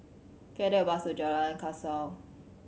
can I take a bus to Jalan Kasau